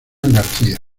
garcía